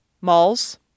malls